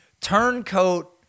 turncoat